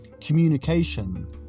communication